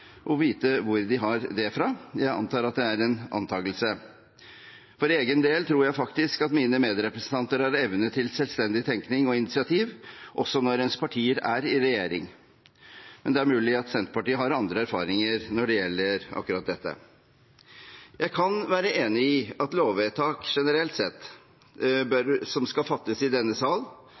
vite hvor de har det fra – jeg antar at det er en antagelse. For egen del tror jeg faktisk at mine medrepresentanter har evne til selvstendig tenkning og initiativ også når ens partier er i regjering, men det er mulig at Senterpartiet har andre erfaringer når det gjelder akkurat dette. Jeg kan være enig i at lovvedtak, som skal fattes i denne sal,